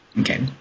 Okay